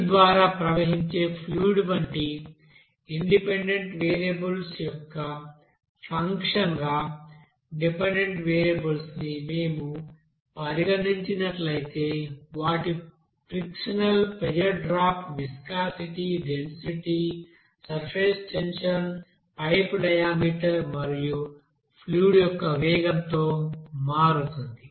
pipe ద్వారా ప్రవహించే fluid వంటి ఇండిపెండెంట్ వేరియబుల్స్ యొక్క ఫంక్షన్గా డిపెండెంట్ వేరియబుల్స్ని మేము పరిగణించినట్లయితే వాటి frictional pressure drop viscosity density surface tension pipe diameter మరియు ఫ్లూయిడ్ యొక్క వేగం తో మారుతుంది